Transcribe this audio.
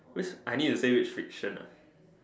which I need to say which fiction ah